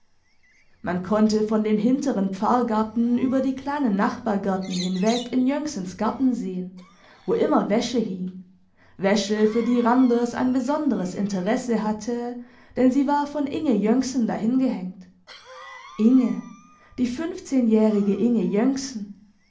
man konnte von dem hinteren pfarrgarten über die kleinen nachbargärten hinweg in jönksens garten sehen wo immer wäsche hing wäsche für die randers ein besonderes interesse hatte denn sie war von inge jönksen da hingehängt inge die fünfzehnjährige inge jönksen